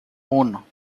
uno